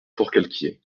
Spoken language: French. forcalquier